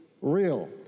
real